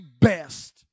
best